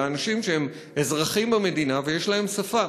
לאנשים שהם אזרחים במדינה ויש להם שפה.